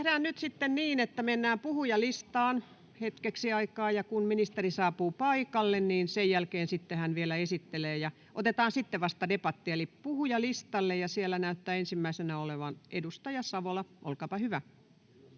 Tehdään nyt sitten niin, että mennään puhujalistaan hetkeksi aikaa, ja kun ministeri saapuu paikalle, niin sen jälkeen hän sitten esittelee, ja otetaan sitten vasta debattia. — Eli puhujalistalle, ja siellä näyttää ensimmäisenä olevan edustaja Savola. Olkaapa hyvä.